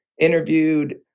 interviewed